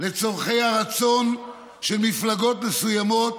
לצורכי הרצון של מפלגות מסוימות